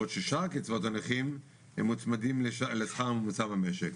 בעוד ששאר קצבאות הנכים מוצמדים לשכר הממוצע במשק.